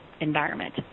environment